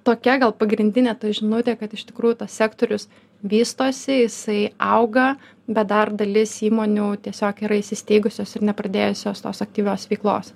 tokia gal pagrindinė ta žinutė kad iš tikrųjų tas sektorius vystosi jisai auga bet dar dalis įmonių tiesiog yra įsisteigusios ir nepradėjusios tos aktyvios veiklos